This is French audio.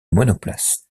monoplace